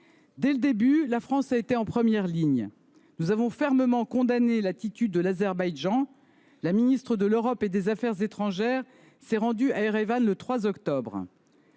Dès le début, la France a été en première ligne. Nous avons fermement condamné l’attitude de l’Azerbaïdjan. Mme la ministre de l’Europe et des affaires étrangères s’est rendue à Erevan le 3 octobre